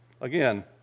Again